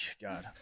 God